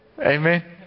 Amen